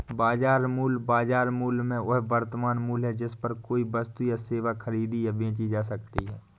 बाजार मूल्य, बाजार मूल्य में वह वर्तमान मूल्य है जिस पर कोई वस्तु या सेवा खरीदी या बेची जा सकती है